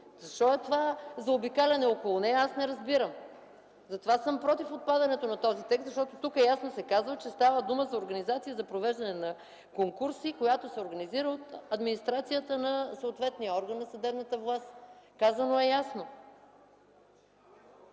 Защо е това заобикаляне около нея, аз не разбирам? Затова съм против отпадането на този текст, защото тук ясно се казва, че става дума за организация за провеждане на конкурси, която се организира от администрацията на съответния орган на съдебната власт. Казано е ясно!